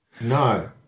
No